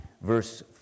verse